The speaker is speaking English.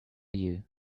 you